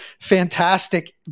fantastic